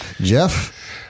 Jeff